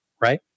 right